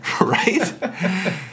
Right